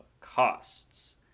costs